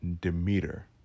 Demeter